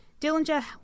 Dillinger